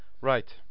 right